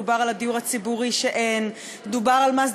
דובר על הדיור הציבורי שאין,